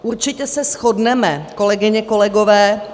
Určitě se shodneme, kolegyně, kolegové...